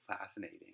fascinating